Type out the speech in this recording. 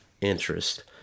interest